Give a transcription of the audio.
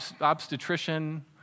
obstetrician